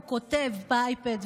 הוא כותב באייפד,